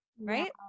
right